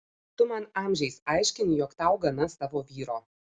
tu man amžiais aiškini jog tau gana savo vyro